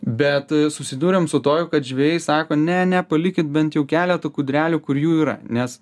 bet susidūrėm su tuo kad žvejai sako ne ne palikit bent jau keletą kūdrelių kur jų yra nes